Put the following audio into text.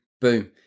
Boom